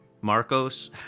Marcos